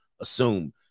assume